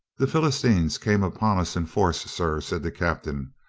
the philistines came upon us in force, sir, said the captain.